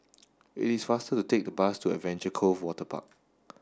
it is faster to take the bus to Adventure Cove Waterpark